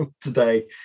today